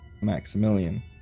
Maximilian